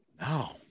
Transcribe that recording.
No